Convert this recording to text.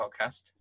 podcast